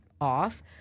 off